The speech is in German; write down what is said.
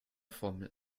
formel